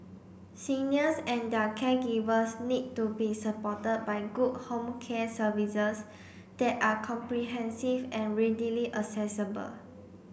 seniors and their caregivers need to be supported by good home care services that are comprehensive and readily accessible